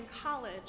college